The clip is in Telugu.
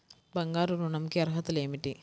బంగారు ఋణం కి అర్హతలు ఏమిటీ?